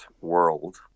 world